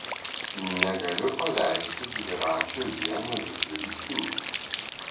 negaliu paleisti dviračio ienų vidury tilto